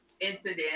incident